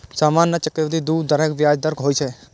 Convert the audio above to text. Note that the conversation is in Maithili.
सामान्य आ चक्रवृद्धि दू तरहक ब्याज दर होइ छै